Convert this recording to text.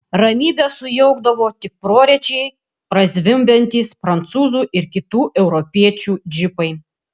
ramybę sujaukdavo tik prorečiai prazvimbiantys prancūzų ir kitų europiečių džipai